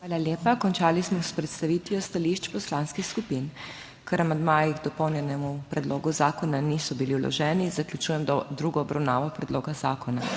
Hvala lepa. Končali smo s predstavitvijo stališč poslanskih skupin. Ker amandmaji k dopolnjenemu predlogu zakona niso bili vloženi, zaključujem drugo obravnavo predloga zakona.